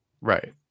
Right